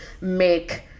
make